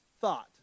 thought